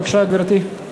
בבקשה, גברתי.